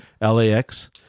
LAX